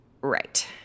Right